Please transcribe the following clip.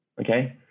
Okay